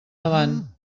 davant